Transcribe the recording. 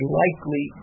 likely